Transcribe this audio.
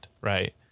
right